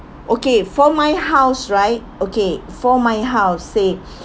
okay for my house right okay for my house say